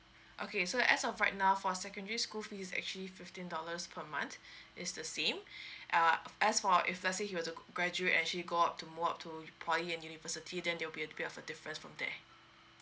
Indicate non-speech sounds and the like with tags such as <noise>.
okay so as of right now for secondary school fee is actually fifteen dollars per month it's the same <breath> uh as for if let's say he was a graduate actually go out to work to poly and university then there will be a bit of a difference from there